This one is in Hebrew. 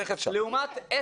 לא ידעתי שעל זה הדיון.